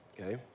okay